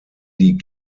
die